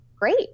great